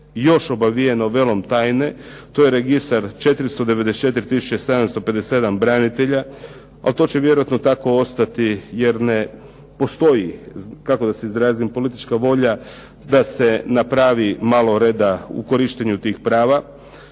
još obavijeno velom tajne, to je registar 494 tisuća 757 branitelja, ali to će vjerojatno tako ostati jer ne postoji, kako da se izrazim, politička volja da se napravi malo reda u korištenju tih prava.